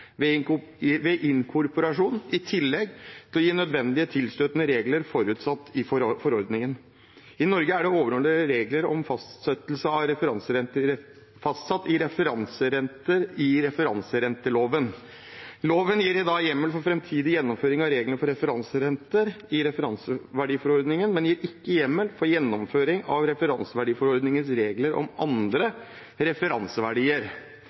ved inkorporasjon, i tillegg til å gi nødvendige tilstøtende regler forutsatt i forordningen. I Norge er det overordnede regler om fastsettelse av referanserenter i referanserenteloven. Loven gir i dag hjemmel for framtidig gjennomføring av reglene for referanserenter i referanseverdiforordningen, men gir ikke hjemmel for gjennomføring av referanseverdiforordningens regler om andre referanseverdier.